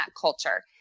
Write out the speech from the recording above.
culture